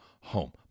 home